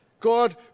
God